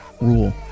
rule